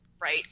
Right